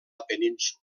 península